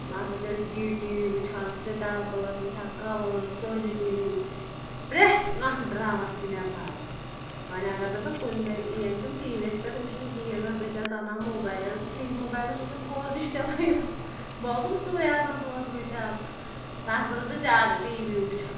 بہٕ ہَسا چھِ اَسہِ زی ٹی وی وٕچھان سِٹار پٕلس وٕچھان کَلٲرٕس سونی ٹی وی پرٛٮ۪تھ کانٛہہ ڈرٛاما چھِ مےٚ پَے وۄنۍ اگر نہٕ بہٕ کُنہِ دۄہ یِن تِم ٹی وی یَس پٮ۪ٹھ وٕچھ نہٕ کِہیٖنۍ نہٕ بہٕ چھَس اَنان موبایل فری موبایلَس اوس نہٕ فور جی چلان یوٕ بہٕ اوسُس سُے آسان دۄہَس وٕچھان تَتھ پٮ۪ٹھ ٲس بہٕ زیادٕ ٹی وی وٕچھان